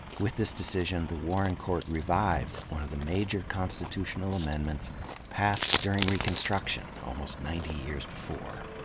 with this decision, the warren court revived one of the major constitutional amendments passed during reconstruction almost ninety years before.